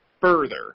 further